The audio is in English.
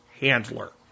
handler